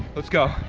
let's go.